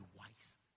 wise